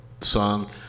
song